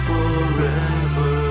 Forever